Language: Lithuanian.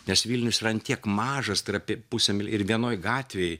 nes vilnius yra ant tiek mažas tai yra apie pusė mil ir vienoj gatvėj